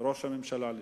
ראש הממשלה לשם.